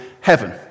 heaven